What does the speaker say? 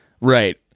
Right